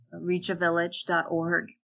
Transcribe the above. reachavillage.org